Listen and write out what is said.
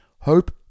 Hope